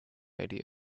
idea